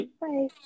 Bye